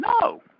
No